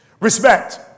Respect